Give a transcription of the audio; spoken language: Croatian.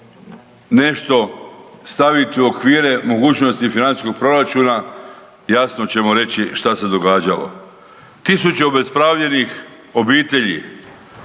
nešto staviti u okvire mogućnosti financijskog proračuna jasno ćemo reći šta se događalo. Tisuće obespravljenih obitelji